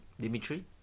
Dimitri